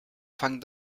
fang